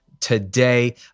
today